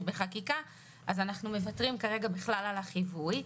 בחקיקה אז אנחנו מוותרים כרגע בכלל על החיווי,